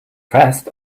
fast